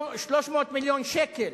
300 מיליון שקל